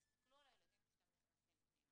תסתכל על הילדים כשאתם נכנסים פנימה?